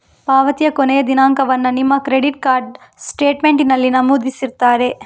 ಪಾವತಿಯ ಕೊನೆಯ ದಿನಾಂಕವನ್ನ ನಿಮ್ಮ ಕ್ರೆಡಿಟ್ ಕಾರ್ಡ್ ಸ್ಟೇಟ್ಮೆಂಟಿನಲ್ಲಿ ನಮೂದಿಸಿರ್ತಾರೆ